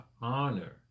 honor